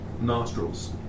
nostrils